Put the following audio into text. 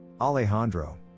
Alejandro